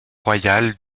royales